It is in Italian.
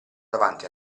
davanti